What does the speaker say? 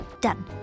Done